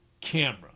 camera